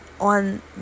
on